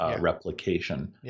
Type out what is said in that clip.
replication